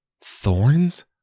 Thorns